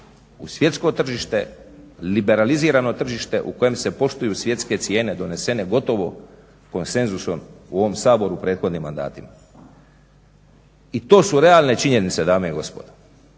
u svjetsko tržište, liberalizirano tržište u kojem se poštuju svjetske cijene donesene gotovo konsenzusom u ovom Saboru prethodnim mandatima. I to su realne činjenice dame i gospodo